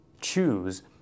choose